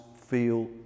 feel